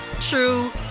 true